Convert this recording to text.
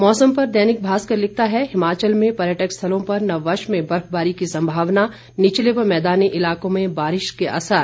मौसम पर दैनिक भास्कर लिखता है हिमाचल में पर्यटक स्थलों पर नववर्ष में बर्फबारी की सम्भावना निचले व मैदानी इलाकों में बारिश के आसार